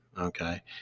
okay